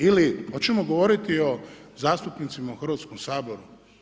Ili hoćemo govoriti o zastupnicima u Hrvatskom saboru?